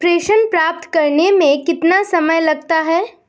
प्रेषण प्राप्त करने में कितना समय लगता है?